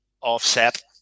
offset